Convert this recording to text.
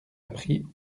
appris